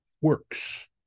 works